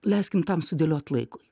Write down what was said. leiskim tam sudėliot laikui